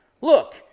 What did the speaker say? Look